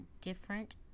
different